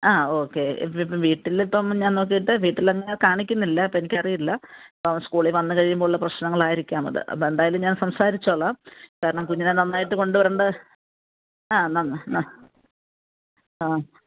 ആ ഓക്കെ ഇതിപ്പം വീട്ടിലിപ്പം ഞാൻ നോക്കിയിട്ട് വീട്ടിൽ അങ്ങനെ കാണിക്കുന്നില്ല അപ്പോൾ എനിക്കറിയില്ല ഇപ്പം സ്കൂളിൽ വന്ന് കഴിയുമ്പോൾ ഉള്ള പ്രശ്നങ്ങളായിരിക്കാം അത് അത് എന്തായാലും ഞാൻ സംസാരിച്ചോളാം കാരണം കുഞ്ഞിനെ നന്നായിട്ട് കൊണ്ട് വരേണ്ട ആ ആ